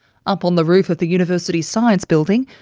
up on the roof of the university science building,